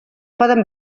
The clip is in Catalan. poden